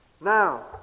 Now